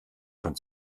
schon